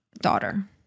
daughter